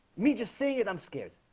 me just sing it. i'm scared